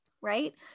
right